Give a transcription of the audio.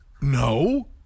No